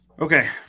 Okay